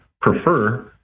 prefer